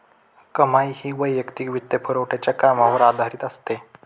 कमाई ही वैयक्तिक वित्तपुरवठ्याच्या कामावर आधारित असते